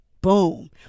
boom